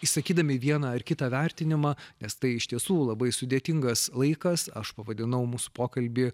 išsakydami vieną ar kitą vertinimą nes tai iš tiesų labai sudėtingas laikas aš pavadinau mūsų pokalbį